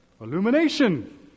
Illumination